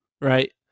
right